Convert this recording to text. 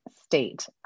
state